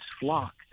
flock